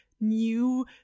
new